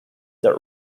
that